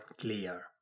clear